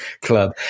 club